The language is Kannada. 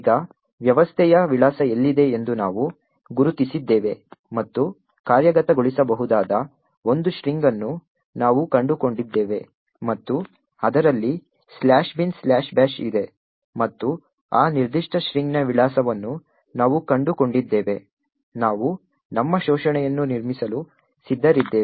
ಈಗ ವ್ಯವಸ್ಥೆಯ ವಿಳಾಸ ಎಲ್ಲಿದೆ ಎಂದು ನಾವು ಗುರುತಿಸಿದ್ದೇವೆ ಮತ್ತು ಕಾರ್ಯಗತಗೊಳಿಸಬಹುದಾದ ಒಂದು ಸ್ಟ್ರಿಂಗ್ ಅನ್ನು ನಾವು ಕಂಡುಕೊಂಡಿದ್ದೇವೆ ಮತ್ತು ಅದರಲ್ಲಿ "binbash" ಇದೆ ಮತ್ತು ಆ ನಿರ್ದಿಷ್ಟ ಸ್ಟ್ರಿಂಗ್ನ ವಿಳಾಸವನ್ನು ನಾವು ಕಂಡುಕೊಂಡಿದ್ದೇವೆ ನಾವು ನಮ್ಮ ಶೋಷಣೆಯನ್ನು ನಿರ್ಮಿಸಲು ಸಿದ್ಧರಿದ್ದೇವೆ